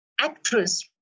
actress